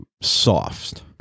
soft